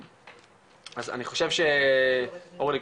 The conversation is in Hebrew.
אורלי,